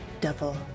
devil